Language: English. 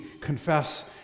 confess